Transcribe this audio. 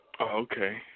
Okay